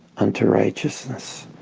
unto righteousness,